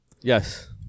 Yes